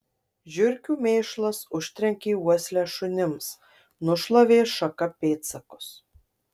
žiurkių mėšlas užtrenkė uoslę šunims nušlavė šaka pėdsakus